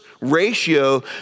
ratio